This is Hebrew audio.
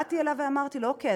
באתי אליו ואמרתי לו: אוקיי,